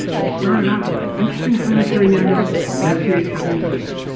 we started out with the interesting planetary nebula, messier seventy six,